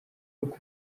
uko